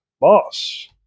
Boss